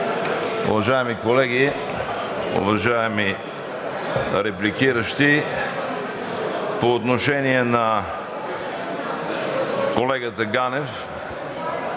уважаеми колеги, уважаеми репликиращи! По отношение на колегата Ганев